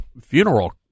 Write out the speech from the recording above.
funeral